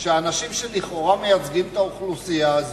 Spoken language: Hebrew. של אנשים שלכאורה מייצגים את האוכלוסייה הזו,